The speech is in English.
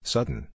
Sudden